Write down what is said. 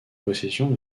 possession